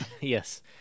yes